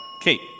Kate